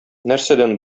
нәрсәдән